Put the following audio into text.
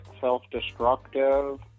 self-destructive